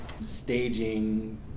staging